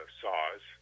saws